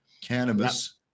cannabis